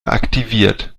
aktiviert